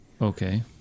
Okay